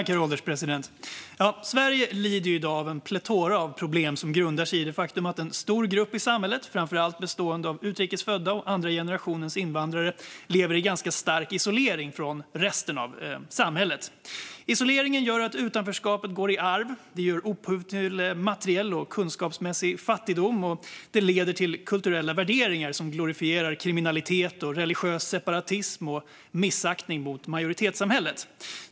Herr ålderspresident! Sverige lider i dag av en plethora av problem som grundar sig i det faktum att en stor grupp i samhället, som framför allt består av utrikes födda och andra generationens invandrare, lever i stark isolering från resten av samhället. Isoleringen gör att utanförskapet går i arv. Det ger upphov till materiell och kunskapsmässig fattigdom och leder till kulturella värderingar som glorifierar kriminalitet, religiös separatism och missaktning mot majoritetssamhället.